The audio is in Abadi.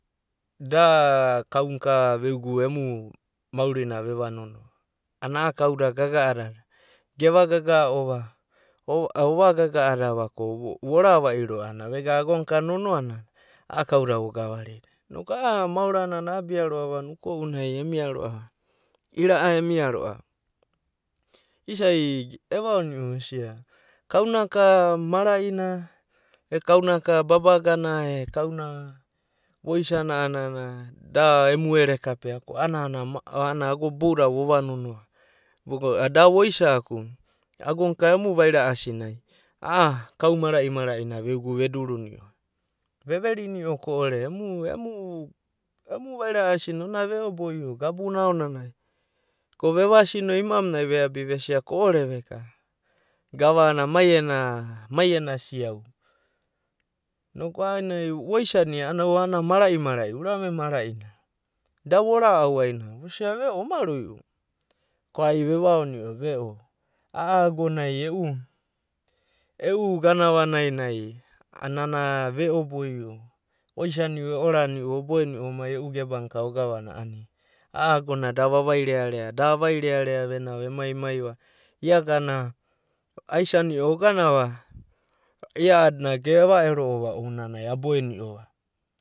Da kaunka veogu emu maurina veva nonoa ana a'a kauda gaga'adada geva gaga'ova o ova gaga'adava ko vora vairo a'ana vega agon ka nonoa nanai a'a kauda vogavarida. Inoku a'a maorana a'abia ro'ava inoku uko'unai emia ro'ava, ira'a emia ro'ava. Isa'i evaono'u esia kauna ka mara'ina e kauna ka babagana e voisana a'ana da emu ere kapea ko a'anana ana ago bouda vova nonoa voga da voisa'aku agonka emu vaira'asinai a'a kau mara'ina veogu ve duruni'o. Veverini'o ko'ore emu emu emu vaira'asi ona ve'aboio gabuna aonanai ko vevasi no imamunai veabi vesia ko'ore veka gavana mai ena mai ena siau. Inok a'aenanai voisana a'ana mara'i mara'i urame mara'i na da vora'au aina vosia ve'o oma rui'u ko ai vevaono'o ve'o a'a agonai e'u e'u ganavanai nai ana nana a ve'o boio, oisani'u oboeni'u omai e'u gebana ka ogavana a'ania. A'a agona da vavai rearea, da avairearea vena emai emai va iagana aisani'o ogava ia'adina geva ero'ova ounanai aboeni'ova.